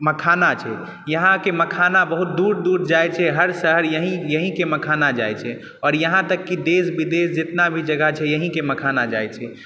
मखाना छै यहाँके मखाना बहुत दूर दूर जाइ छै हर शहर यहिके मखाना जाइ छै आओर यहाँतक की देश विदेश जेतना भी जगह छै यहिके मखाना जाइ छै